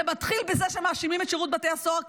זה מתחיל בזה שמאשימים את שירות בתי הסוהר.